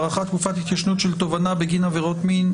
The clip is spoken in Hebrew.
(הארכת תקופת התיישנות של תובענה בגין עבירת מין),